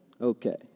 Okay